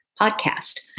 podcast